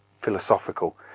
philosophical